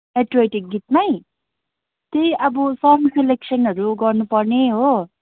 patriotic गीतमै त्यही अब सङ सेलेक्सनहरू गर्नुपर्ने हो